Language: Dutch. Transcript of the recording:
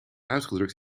uitgedrukt